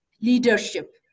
leadership